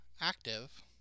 active